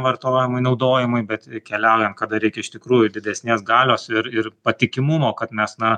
vartojimui naudojimui bet keliaujant kada reikia iš tikrųjų didesnės galios ir ir patikimumo kad mes na